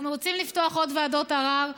אנחנו רוצים לפתוח עוד ועדות ערר,